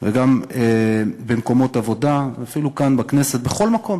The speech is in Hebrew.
וגם במקומות עבודה, אפילו כאן, בכנסת, בכל מקום.